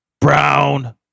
brown